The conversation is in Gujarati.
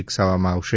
વિકસાવવામાં આવશે